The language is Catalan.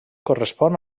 correspon